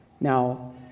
Now